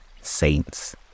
saints